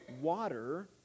water